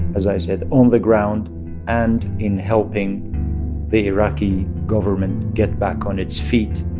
as i said, on the ground and in helping the iraqi government get back on its feet.